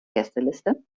gästeliste